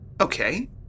Okay